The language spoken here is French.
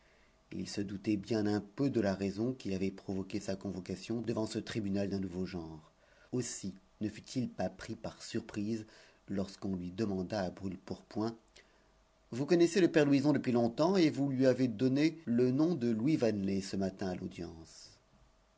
il se doutait bien un peu de la raison qui avait provoqué sa convocation devant ce tribunal d'un nouveau genre aussi ne fut-il pas pris par surprise lorsqu'on lui demanda à brûle-pourpoint vous connaissez le père louison depuis longtemps et vous lui avez donné le nom de louis vanelet ce matin à l'audience